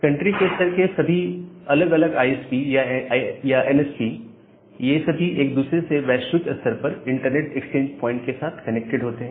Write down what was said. country के स्तर के सभी अलग अलग आईएसपी या एनएसपी ये सभी एक दूसरे से वैश्विक स्तर पर इंटरनेट एक्सचेंज पॉइंट के साथ कनेक्टेड होते हैं